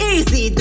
Easy